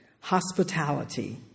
hospitality